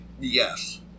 Yes